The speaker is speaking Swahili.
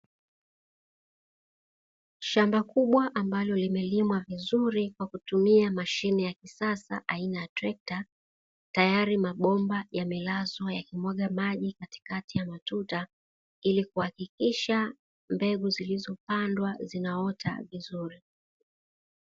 Shamba kubwa ambalo limelimwa vizuri kwa kutumia mashine ya kisasa aina ya trekta, tayari mabomba yamelazwa yakimwaga maji katikati ya matuta ili kuhakikisha mbegu zilizopandwa zinaota vizuri.